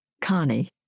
Connie